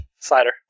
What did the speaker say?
Slider